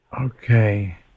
Okay